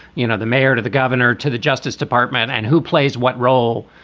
you know, the mayor to the governor to the justice department and who plays what role?